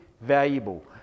valuable